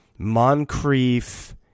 Moncrief